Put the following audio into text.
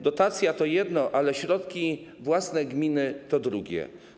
Dotacja to jedno, ale środki własne gminy to drugie.